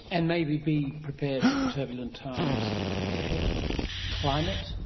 and maybe be prepared for the turbulent times that could be ahead climate?